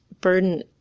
burden